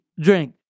drink